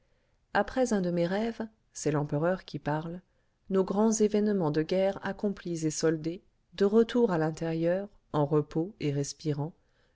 après un de mes rêves c'est l'empereur qui parle nos grands événements de guerre accomplis et soldés de retour à l'intérieur en repos et respirant